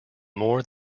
more